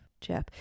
Jeff